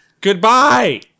Goodbye